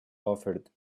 offered